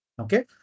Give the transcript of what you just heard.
Okay